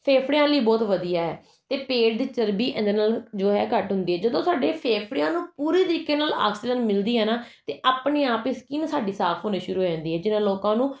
ਫੇਫੜਿਆਂ ਲਈ ਬਹੁਤ ਵਧੀਆ ਅਤੇ ਇਹ ਪੇਟ ਦੀ ਚਰਬੀ ਇਹਦੇ ਨਾਲ ਜੋ ਹੈ ਘੱਟ ਹੁੰਦੀ ਹੈ ਜਦੋਂ ਸਾਡੇ ਫੇਫੜਿਆਂ ਨੂੰ ਪੂਰੇ ਤਰੀਕੇ ਨਾਲ ਆਕਸੀਜਨ ਮਿਲਦੀ ਹੈ ਨਾ ਅਤੇ ਆਪਣੇ ਆਪ ਹੀ ਸਕਿੰਨ ਸਾਡੀ ਸਾਫ ਹੋਣੀ ਸ਼ੁਰੂ ਹੋ ਜਾਂਦੀ ਹੈ ਜਿਹਨਾਂ ਲੋਕਾਂ ਨੂੰ